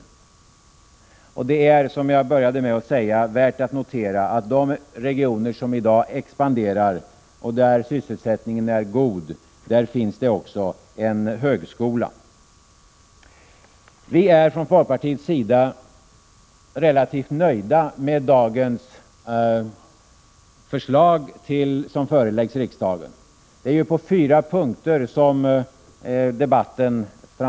Som jag inledningsvis framhöll är det värt att notera att det i de regioner som i dag expanderar och som har god sysselsättning också finns en högskola. Vi är från folkpartiets sida relativt nöjda med de förslag som i dag föreläggs riksdagen. Debatten kretsar framför allt kring fyra punkter.